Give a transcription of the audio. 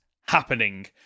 happening